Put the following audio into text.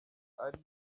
ari